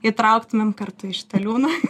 įtrauktumėm kartu į šitą liūną